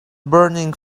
burning